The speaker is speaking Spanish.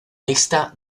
mixta